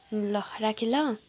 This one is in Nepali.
ल राखेँ ल